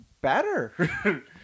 better